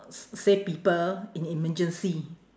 s~ save people in emergency